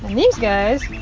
these guys